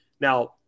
Now